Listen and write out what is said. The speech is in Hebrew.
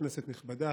כנסת נכבדה,